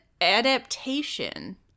adaptation